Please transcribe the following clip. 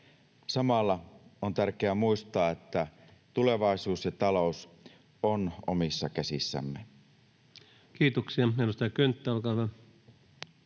Samalla on tärkeä muistaa, että tulevaisuus ja talous ovat omissa käsissämme. Kiitoksia. — Edustaja Könttä, olkaa hyvä.